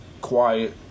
quiet